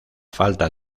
falta